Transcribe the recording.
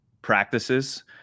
Practices